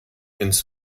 ins